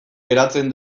geratzen